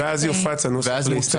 -- ואז יופץ הנוסח להסתייגויות.